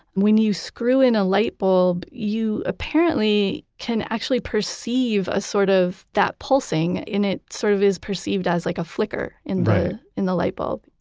when you screw in a light bulb, you apparently can actually perceive sort of that pulsing and it sort of is perceived as like a flicker in the in the light bulb.